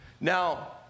Now